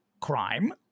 crime